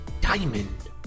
Diamond